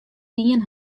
dien